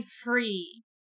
free